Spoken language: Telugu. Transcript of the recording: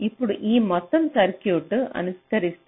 ఇప్పుడు ఈ మొత్తం సర్క్యూట్ను అనుకరిస్తే